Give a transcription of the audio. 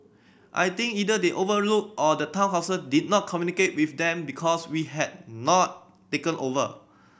I think either they overlooked or the Town Council did not communicate with them because we had not taken over